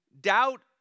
doubt